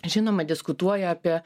žinoma diskutuoja apie